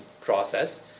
process